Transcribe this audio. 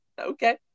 Okay